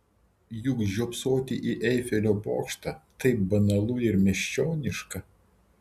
juk žiopsoti į eifelio bokštą taip banalu ir miesčioniška